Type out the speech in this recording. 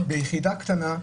ביחידה קטנה,